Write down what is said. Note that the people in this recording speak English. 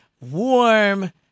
warm